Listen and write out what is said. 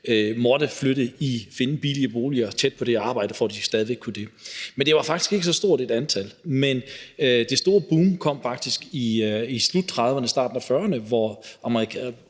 måtte finde billige boliger tæt på deres arbejde, for at de stadig væk kunne passe det. Men det var faktisk ikke så stort et antal. Det store boom kom faktisk i slutningen af 1930'erne og